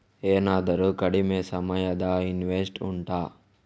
ಏನಾದರೂ ಕಡಿಮೆ ಸಮಯದ ಇನ್ವೆಸ್ಟ್ ಉಂಟಾ